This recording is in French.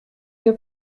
que